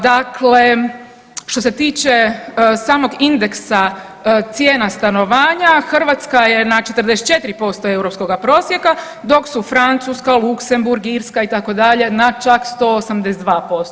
Dakle, što se tiče samog indeksa cijena stanovanja Hrvatska je na 44% europskoga prosjeka, dok su Francuska, Luksemburg, Irska itd. na čak 182%